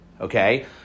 Okay